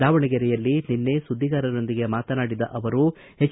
ದಾವಣಗೆರೆಯಲ್ಲಿ ನಿನ್ನೆ ಸುದ್ದಿಗಾರರೊಂದಿಗೆ ಮಾತನಾಡಿದ ಅವರು ಎಚ್